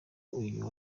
uyu